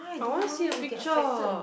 I want to see the picture